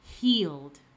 healed